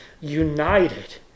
united